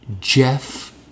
Jeff